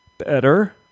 Better